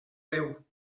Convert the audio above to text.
veu